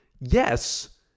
yes